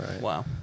Wow